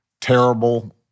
terrible